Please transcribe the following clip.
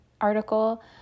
article